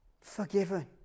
forgiven